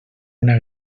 una